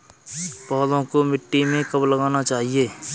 पौधों को मिट्टी में कब लगाना चाहिए?